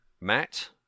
matt